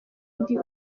ndi